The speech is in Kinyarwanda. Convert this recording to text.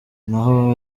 naho